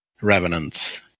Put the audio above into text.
revenants